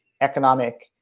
economic